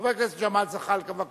חבר הכנסת ג'מאל זחאלקה, בבקשה.